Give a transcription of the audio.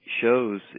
shows